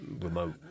remote